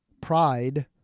pride